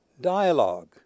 Dialogue